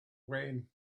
when